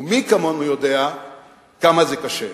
ומי כמונו יודע כמה זה קשה,